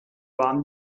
waren